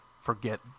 forget